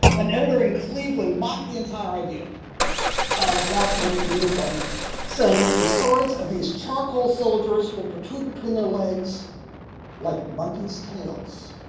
an editor in cleveland balked the entire idea of black men in uniform saying, the swords of these charcoal soldiers will protrude between their legs like monkeys' tails.